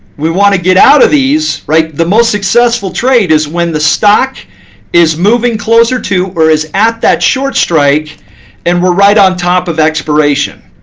we want to get out of these the most successful trade is when the stock is moving closer to or is at that short strike and we're right on top of expiration.